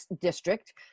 district